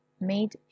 made